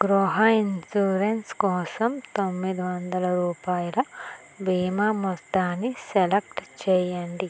గృహ ఇన్షూరెన్స్ కోసం తొమ్మిది వందల రూపాయల బీమా మొత్తాన్నిసెలెక్ట్ చెయ్యండి